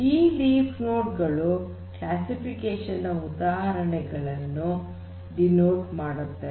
ಈ leaf node ಗಳು classification ನ ಉದಾಹರಣೆಗಳನ್ನು ಸೂಚಿಸುತ್ತವೆ